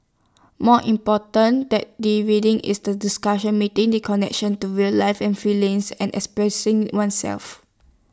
more important than the reading is the discussion making the connections to real life and feelings and expressing oneself